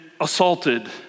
assaulted